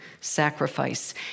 sacrifice